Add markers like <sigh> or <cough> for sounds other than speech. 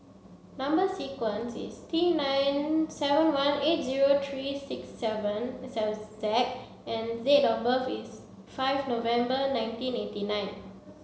number sequence is T nine seven one eight zero three six seven <unintelligible> Z and date of birth is five November nineteen eighty nine